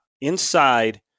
inside